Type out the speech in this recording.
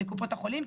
לקופות החולים,